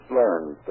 learned